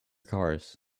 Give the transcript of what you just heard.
cars